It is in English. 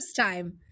time